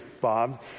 Bob